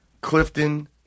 Clifton